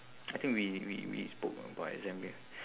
I think we we we spoke about exams already